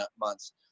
months